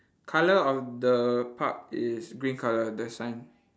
colour of the park is green colour the sign